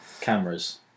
cameras